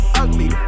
ugly